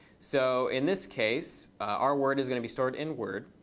so in this case, our word is going to be stored in word.